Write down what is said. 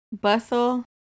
Bustle